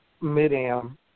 mid-am